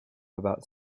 about